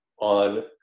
on